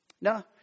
No